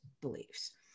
beliefs